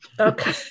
Okay